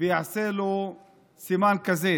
ויעשה לו סימן כזה.